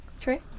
Trey